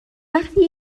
وقتی